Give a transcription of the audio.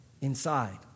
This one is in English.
inside